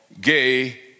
gay